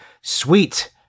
sweet